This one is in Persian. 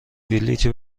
بلیطی